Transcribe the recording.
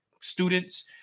students